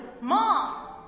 mom